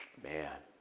man.